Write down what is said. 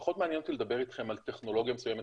פחות מעניין אותי לדבר אתכם על טכנולוגיה מסוימת